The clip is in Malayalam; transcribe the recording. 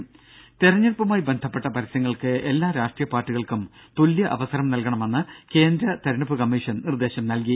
ദ്ദേ തിരഞ്ഞെടുപ്പുമായി ബന്ധപ്പെട്ട പരസ്യങ്ങൾക്ക് എല്ലാ രാഷ്ട്രീയ പാർട്ടികൾക്കും തുല്യ അവസരം നൽകണമെന്ന് കേന്ദ്ര തിരഞ്ഞെടുപ്പ് കമ്മീഷൻ നിർദ്ദേശം നൽകി